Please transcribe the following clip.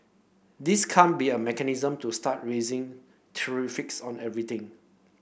this can't be a mechanism to start raising tariffs on everything